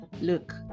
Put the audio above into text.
Look